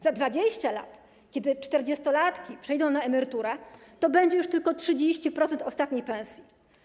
Za 20 lat, kiedy 40-latkowie przejdą na emeryturę, to będzie już tylko 30% ostatniej pensji.